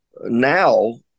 now